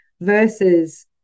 versus